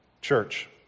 church